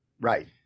Right